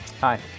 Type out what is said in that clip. Hi